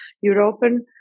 European